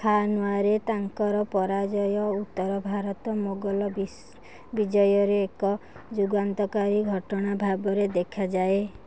ଖାନୱାରେ ତାଙ୍କର ପରାଜୟ ଉତ୍ତର ଭାରତ ମୋଗଲ ବିଜୟରେ ଏକ ଯୁଗାନ୍ତକାରୀ ଘଟଣା ଭାବରେ ଦେଖାଯାଏ